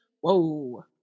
whoa